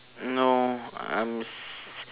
no I'm s~